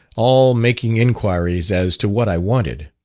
all making inquiries as to what i wanted.